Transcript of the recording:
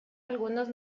algunos